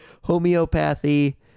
Homeopathy